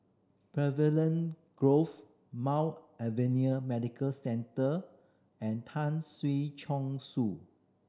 Pavilion Grove Mount Alvernia Medical Centre and Tan Si Chong Su